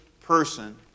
person